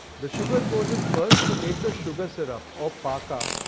the sugar goes in first to make the sugar syrup or paaka.